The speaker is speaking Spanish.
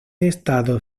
estado